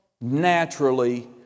naturally